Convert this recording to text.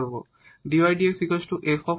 এটিকে আমরা বিবেচনা করব